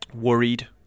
worried